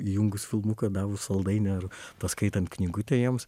įjungus filmuką davus saldainį ar paskaitant knygutę jiems